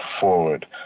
forward